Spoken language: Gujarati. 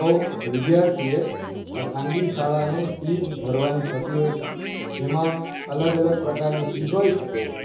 તો વિદ્યાર્થીએ ખાનગી શાળાને ફીઝ ભરવાની થતી હોય છે જેમાં અલગ અલગ પ્રકારની ફીઝ હોય શકે છે